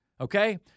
okay